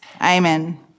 Amen